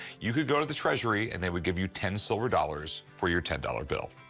you could go to the treasury and they would give you ten silver dollars for your ten dollars bill.